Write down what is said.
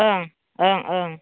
ओं ओं ओं